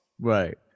Right